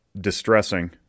distressing